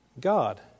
God